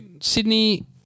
Sydney